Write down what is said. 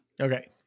Okay